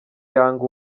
yanga